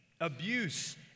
abuse